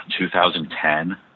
2010